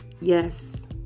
Yes